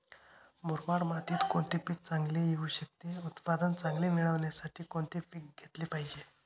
मुरमाड मातीत कोणते पीक चांगले येऊ शकते? उत्पादन चांगले मिळण्यासाठी कोणते पीक घेतले पाहिजे?